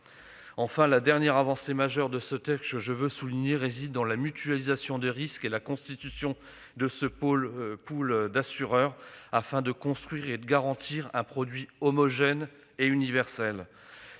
Enfin, la dernière avancée majeure que je tiens à souligner réside dans la mutualisation des risques et la constitution de ce pool d'assureurs afin de construire et de garantir un produit homogène et universel.